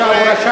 למה?